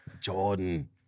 Jordan